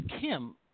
Kim